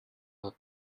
are